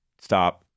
stop